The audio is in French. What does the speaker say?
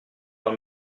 par